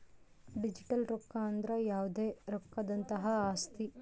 digital ರೊಕ್ಕ ಅಂದ್ರ ಯಾವ್ದೇ ರೊಕ್ಕದಂತಹ ಆಸ್ತಿ